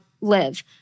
live